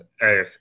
Hey